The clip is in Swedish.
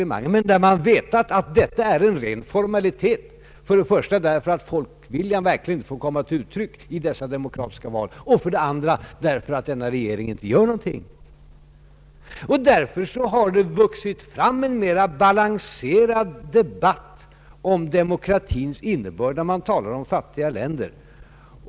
Men man har samtidigt vetat att detta är en ren formalitet, för det första därför att folkviljan inte fått komma till uttryck i de s.k. demokratiska valen, för det andra därför att denna regering inte gör någonting. På grund härav har vuxit fram en mer balanserad debatt om demokratins innebörd när man talar om fattiga länder.